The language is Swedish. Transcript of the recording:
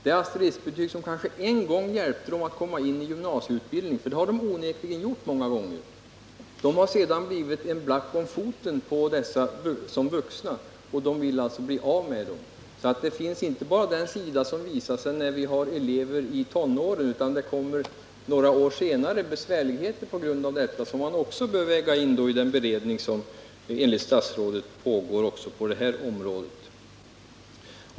De asteriskbetyg som kanske en gång hjälpte dem att komma in i gymnasieutbildningen -— för det har de betygen onekligen gjort många gånger — har sedan blivit en black om foten på dessa elever som vuxna, och de vill därför bli av med dem. Asteriskbetygen har således inte bara den sida som visar sig när eleverna är i tonåren, utan några år senare blir det besvärligheter för dem på grund av dessa betyg, vilket man då bör väga in i den beredning som enligt statsrådet pågår på det här området.